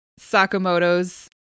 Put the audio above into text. Sakamoto's